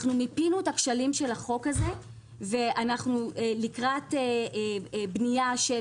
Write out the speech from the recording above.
מיפינו את הכשלים של החוק הזה ואנו לקראת בנייה של